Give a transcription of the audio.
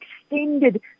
extended